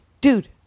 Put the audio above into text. dude